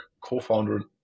co-founder